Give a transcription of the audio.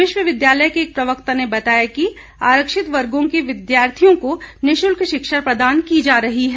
विश्वविद्यालय के एक प्रवक्ता ने बताया कि आरक्षित वर्गो के विद्यार्थियों को निशल्क शिक्षा प्रदान की जा रही है